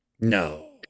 No